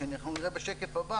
השקף הזה